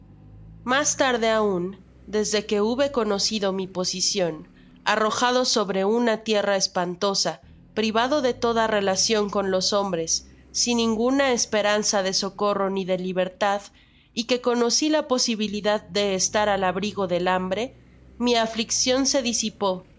mas tarde aun desde que hube conocido mi posicion arrojado sobre una tierra espantosa privado de toda relacion con los hombres sin ninguna esperanza de socorro ni de libertad y que conoci la posibilidad de estar al abrigo del hambre mi afliccion se disipó me